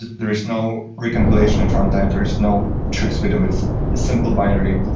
there is no recompilation at runtime. there's no tricks we do. it's a simple binary,